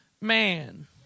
man